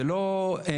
זה לא ויכוחים.